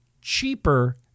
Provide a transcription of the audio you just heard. cheaper